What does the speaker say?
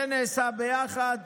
זה נעשה ביחד